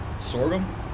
Sorghum